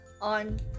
on